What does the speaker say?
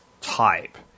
type